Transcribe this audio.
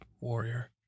warrior